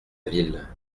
ville